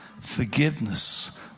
forgiveness